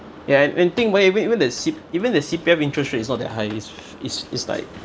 ya and when think about it even even the C~ even the C_P_F interest rate is not that high sh~ is is like